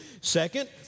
Second